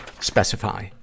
specify